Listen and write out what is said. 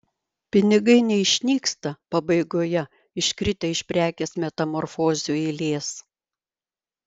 pinigai neišnyksta pabaigoje iškritę iš prekės metamorfozių eilės